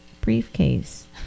briefcase